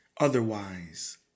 otherwise